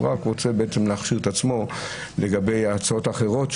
רק רוצה להכשיר את עצמו לגבי ההצעות האחרות.